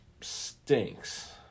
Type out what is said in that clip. stinks